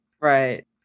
Right